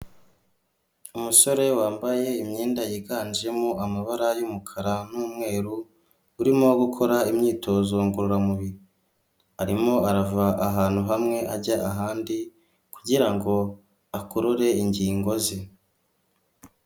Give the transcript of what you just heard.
Umusore wambaye imyenda yiganjemo amabara y'umukara n'umweru, urimo gukora imyitozo ngororamubiri. Arimo arava ahantu hamwe ajya ahandi kugira ngo akurure ingingo ze.